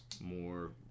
more